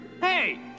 Hey